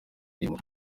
imirimo